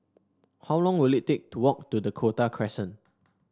how long will it take to walk to the Dakota Crescent